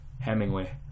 Hemingway